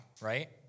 right